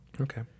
Okay